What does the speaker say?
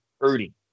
hurting